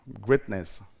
Greatness